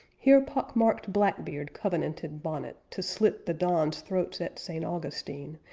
here pock-marked black beard covenanted bonnet to slit the dons' throats at st. augustine,